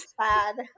sad